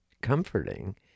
comforting